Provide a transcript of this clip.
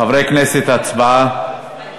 חברי הכנסת, הצבעה.